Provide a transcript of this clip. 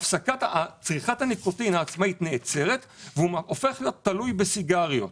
צריכת הניקוטין העצמאית נעצרת והוא הופך להיות תלוי בסיגריות.